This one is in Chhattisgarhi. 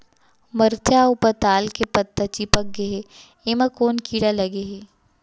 मरचा अऊ पताल के पत्ता चिपक गे हे, एमा कोन कीड़ा लगे है?